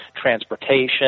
transportation